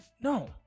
No